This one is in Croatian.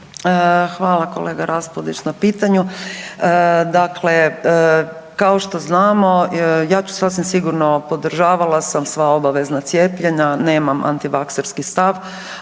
Hvala kolega Raspudić na pitanju. Dakle kao što znamo ja ću sasvim sigurno, podržavala sam sva obavezna cijepljenja. Nemam antivakserski stav.